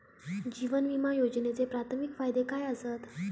जीवन विमा योजनेचे प्राथमिक फायदे काय आसत?